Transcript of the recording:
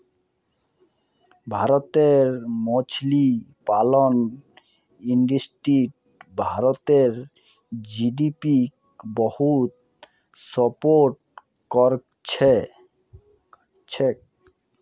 भारतेर मछली पालन इंडस्ट्री भारतेर जीडीपीक बहुत सपोर्ट करछेक